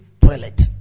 toilet